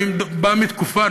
אני בא מתקופה,